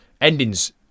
endings